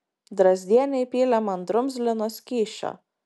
drazdienė įpylė man drumzlino skysčio